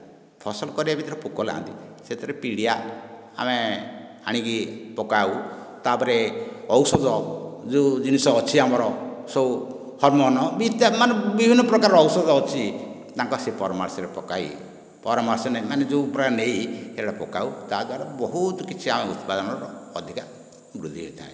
ଫସଲ କରିବା ଭିତରେ ପୋକ ଲାଗନ୍ତି ସେଥିରେ ପିଡ଼ିଆ ଆମେ ଆଣିକି ପକାଉ ତା'ପରେ ଔଷଧ ଯେଉଁ ଜିନିଷ ଅଛି ଆମର ସବୁ ହର୍ମୋନ ବିତ୍ୟାଗ ମାନେ ବିଭିନ୍ନ ପ୍ରକାରର ଔଷଧ ଅଛି ତାଙ୍କର ସେ ପରାମର୍ଶରେ ପକାଇ ପରାମର୍ଶରେ ମାନେ ଯେଉଁ ପୁରା ନେଇ ସେରା ପକାଉ ତା'ଦ୍ଵାରା ବହୁତ କିଛି ଆମେ ଉତ୍ପାଦନ ଅଧିକା ବୃଦ୍ଧି ହୋଇଥାଏ